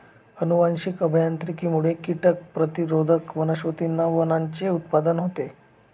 अनुवांशिक अभियांत्रिकीमुळे कीटक प्रतिरोधक वनस्पतींच्या वाणांचे उत्पादन होते